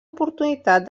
oportunitat